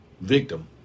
victim